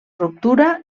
ruptura